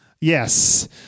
Yes